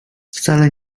wcale